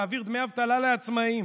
להעביר דמי אבטלה לעצמאים,